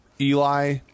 Eli